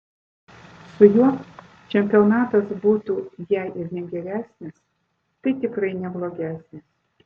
su juo čempionatas būtų jei ir ne geresnis tai tikrai ne blogesnis